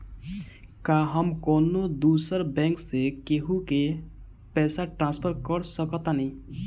का हम कौनो दूसर बैंक से केहू के पैसा ट्रांसफर कर सकतानी?